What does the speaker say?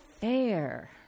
fair